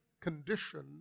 condition